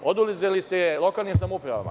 Oduzeli ste lokalnim samoupravama.